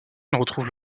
retrouve